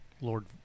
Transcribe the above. Lord